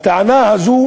הטענה הזו